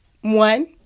One